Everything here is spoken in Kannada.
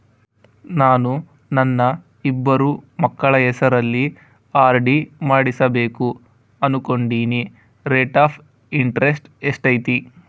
ನಾನು ನನ್ನ ಇಬ್ಬರು ಮಕ್ಕಳ ಹೆಸರಲ್ಲಿ ಆರ್.ಡಿ ಮಾಡಿಸಬೇಕು ಅನುಕೊಂಡಿನಿ ರೇಟ್ ಆಫ್ ಇಂಟರೆಸ್ಟ್ ಎಷ್ಟೈತಿ?